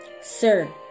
Sir